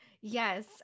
Yes